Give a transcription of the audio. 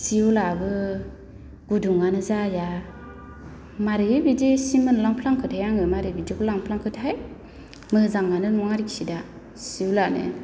सि उलाबो गुदुङानो जाया मारै बिदि सि मोनलांफ्लांखोथाय आङो मारै बिदिखौ लांफ्लांखोथाय मोजाङानो नङा आरोखि दा सि उलानो